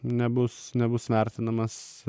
nebus nebus vertinamas